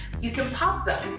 you can pop them.